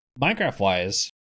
Minecraft-wise